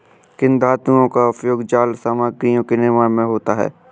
किन धातुओं का उपयोग जाल सामग्रियों के निर्माण में होता है?